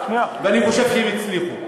ואני חושב שהם הצליחו.